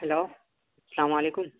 hello السّلام علیکم